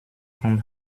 hand